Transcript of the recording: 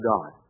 God